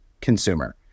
consumer